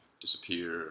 disappear